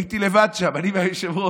הייתי לבד שם, אני והיושב-ראש.